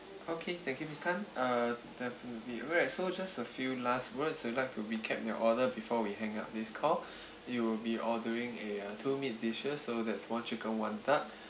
okay thank you miss tan uh definitely alright so just a few last words we'd like recap your order before we hang up this call you will be ordering a a two meat dishes so that's one chicken one duck